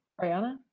Ariana